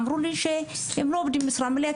אמרו לי שהן לא עובדות משרה מלאה,